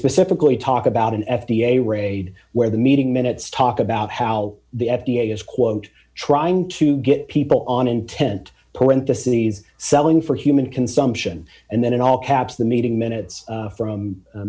specifically talk about an f d a raid where the meeting minutes talk about how the f d a is quote trying to get people on intent parentheses selling for human consumption and then in all caps the meeting minutes from